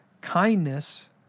kindness